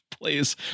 please